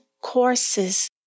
Courses